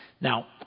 Now